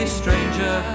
stranger